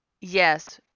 Yes